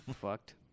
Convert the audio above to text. Fucked